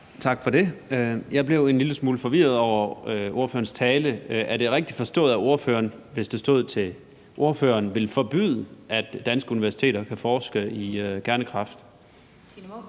Tak for det. Jeg blev en lille smule forvirret over ordførerens tale. Er det rigtigt forstået, at ordføreren, hvis det stod til ordføreren, ville forbyde, at danske universiteter kan forske i kernekraft?